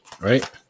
right